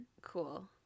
Cool